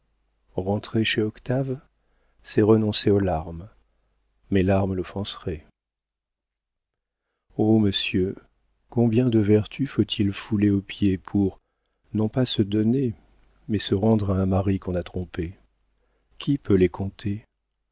rentrer chez octave c'est renoncer aux larmes mes larmes l'offenseraient oh monsieur combien de vertus faut-il fouler aux pieds pour non pas se donner mais se rendre à un mari qu'on a trompé qui peut les compter